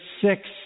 six